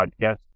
Podcast